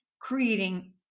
creating